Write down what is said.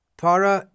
...para